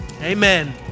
amen